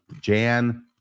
Jan